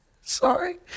Sorry